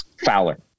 Fowler